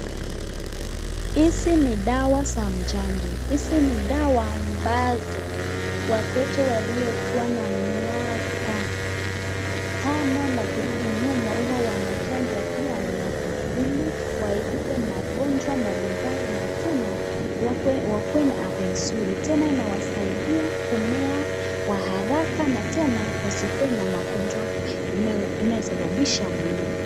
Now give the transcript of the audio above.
Hizi ni dawa za mchanjo. Hizi ni dawa ambazo watoto waliokuwa na miaka tano na kurudi nyuma huwa wanachanjwa kila mwaka ili waepuke magonjwa mbalimbali na tena wakue na afya mzuri. Tena inawasaidia kumea kwa haraka na tena wasikuwe na magonjwa yanayosababisha mwili.